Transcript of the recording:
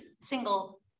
single